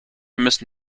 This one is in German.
müssen